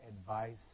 advice